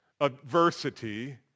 adversity